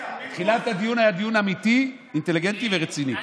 בתחילת הדיון היה דיון אמיתי, אינטליגנטי ורציני.